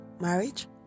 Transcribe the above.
marriage